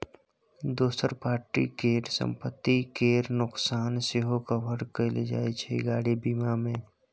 दोसर पार्टी केर संपत्ति केर नोकसान सेहो कभर कएल जाइत छै गाड़ी बीमा मे